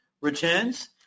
returns